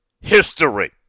history